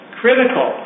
critical